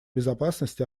безопасности